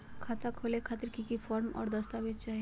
खाता खोले खातिर की की फॉर्म और दस्तावेज चाही?